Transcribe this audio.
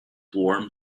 warm